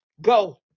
Go